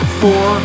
four